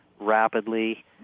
rapidly